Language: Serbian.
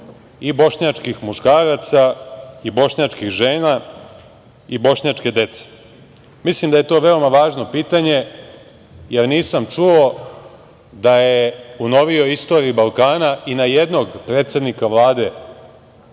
i bošnjačkih muškaraca i bošnjačkih žena i bošnjačke dece? Mislim da je to veoma važno pitanje, jer nisam čuo da je u novijoj istoriji Balkana i na jednog predsednika Vlade